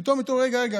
פתאום: רגע רגע,